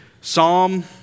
psalm